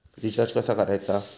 Recharge कसा करायचा?